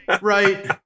Right